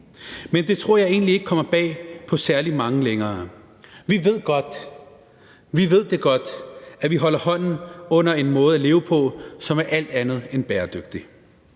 Men det tror jeg egentlig ikke kommer bag på særlig mange længere. Vi ved godt, at vi holder hånden under en måde at leve på, som er alt andet end bæredygtig.